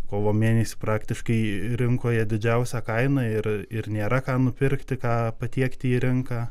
kovo mėnesį praktiškai rinkoje didžiausia kaina ir ir nėra ką nupirkti ką patiekti į rinką